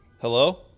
Hello